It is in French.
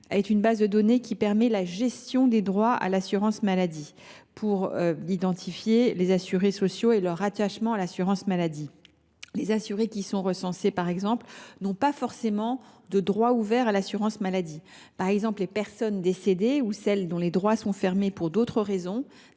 est une base de données qui permet la gestion des droits à l’assurance maladie, pour identifier les assurés sociaux et leur rattachement à l’assurance maladie. Ainsi, les assurés qui sont recensés n’ont pas forcément de droits ouverts à l’assurance maladie. Par exemple, les personnes décédées ou celles dont les droits sont fermés pour d’autres raisons,